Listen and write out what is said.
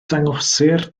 dangosir